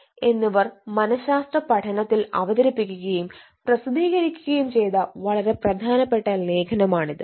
Kiran Kumar എന്നിവർ മനഃശാസ്ത്ര പഠനത്തിൽ അവതരിപ്പിക്കുകയും പ്രസിദ്ധീകരിക്കുകയും ചെയ്ത വളരെ പ്രധാനപ്പെട്ട ലേഖനമാണിത്